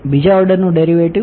બીજા ઓર્ડરનું ડેરિવેટિવ